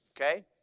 okay